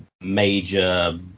major